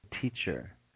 teacher